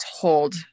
told